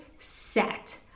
Set